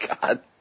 god